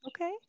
Okay